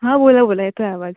हां बोला बोला येतो आहे आवाज